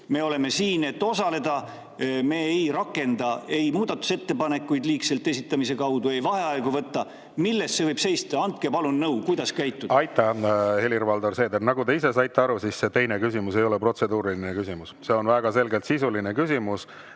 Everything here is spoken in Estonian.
Me oleme siin, et osaleda. Me ei rakenda ei muudatusettepanekute liigselt esitamist, ei vaheaegade võtmist. Milles see võib seista? Andke palun nõu, kuidas käituda. Aitäh, Helir-Valdor Seeder! Nagu te ise saite aru, see teine küsimus ei ole protseduuriline küsimus. See on väga selgelt sisuline küsimus